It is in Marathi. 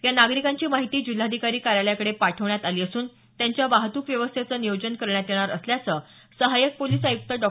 या नागरिकांची माहिती जिल्हाधिकारी कार्यालयाकडे पाठवण्यात आली असून त्यांच्या वाहतूक व्यवस्थेचं नियोजन करण्यात येणार असल्यांच सहाय्यक पोलीस आयुक्त डॉ